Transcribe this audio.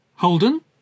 Holden